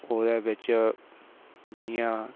ओह्दै बिच जि'यां